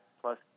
plus